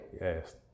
Yes